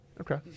Okay